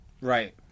right